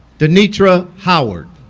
dentira howard